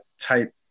type